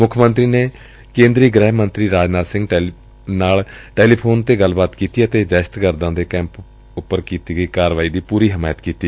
ਮੁੱਖ ਮੰਤਰੀ ਨੇ ਕੇਂਦਰੀ ਗ੍ਹਿ ਮੰਤਰੀ ਰਾਜਨਾਥ ਸਿੰਘ ਨਾਲ ਟੈਲੀਫੋਨ ਤੇ ਗੱਲਬਾਤ ਕੀਤੀ ਅਤੇ ਦਹਿਸ਼ਤਗਰਦਾਂ ਦੇ ਕੈਂਪ ਉਪਰ ਕੀਤੀ ਗਈ ਕਾਰਵਾਈ ਦੀ ਪੂਰੀ ਹਮਾਇਤ ਕੀਤੀ